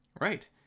right